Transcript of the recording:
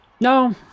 No